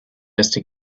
just